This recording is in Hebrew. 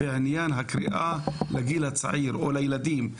בעניין הקריאה לגיל הצעיר או לילדים,